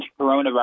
Coronavirus